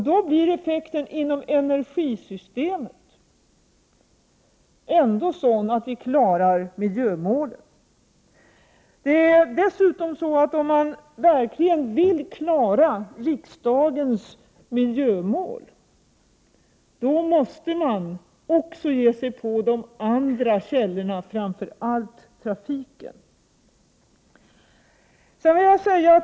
Då blir effekten inom energisystemet ändå sådan att vi kan klara miljömålen. Om man dessutom verkligen vill klara riksdagens miljömål, då måste man också ge sig på andra källor, framför allt trafiken.